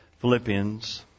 Philippians